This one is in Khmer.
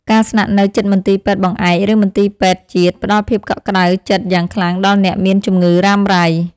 ការស្នាក់នៅជិតមន្ទីរពេទ្យបង្អែកឬមន្ទីរពេទ្យជាតិផ្តល់ភាពកក់ក្តៅចិត្តយ៉ាងខ្លាំងដល់អ្នកមានជំងឺរ៉ាំរ៉ៃ។